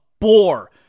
bore